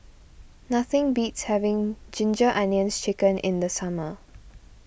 nothing beats having Ginger Onions Chicken in the summer